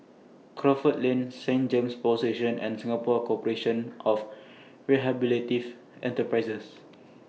Crawford Lane Saint James Power Station and Singapore Corporation of Enterprises